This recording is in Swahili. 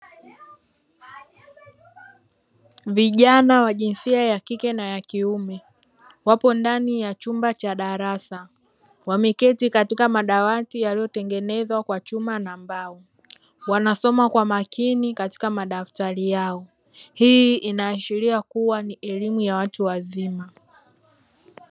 Vijana wa jinsia ya kike na ya kiume wapo ndani ya chumba cha darasa. Wameketi katika madawati yaliyotengenezwa kwa chuma na mbao. Wanasoma kwa makini katika madaftari yao. Hii inaashiria kuwa ni elimu ya watu wazima.